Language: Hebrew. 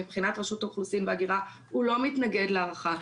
מבחינת רשות האוכלוסין וההגירה הוא לא מתנגד להארכה.